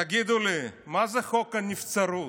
תגידו לי, מה זה חוק הנבצרות?